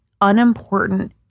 unimportant